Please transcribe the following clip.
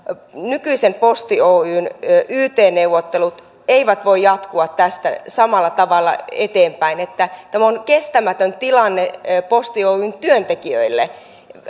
nykyisen posti oyn yt neuvottelut eivät voi jatkua samalla tavalla tästä eteenpäin tämä on kestämätön tilanne posti oyn työntekijöille ollaan